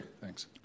thanks